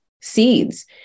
Seeds